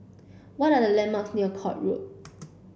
what are the landmarks near Court Road